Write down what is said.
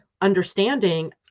understanding